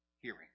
hearing